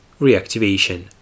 reactivation